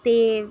ते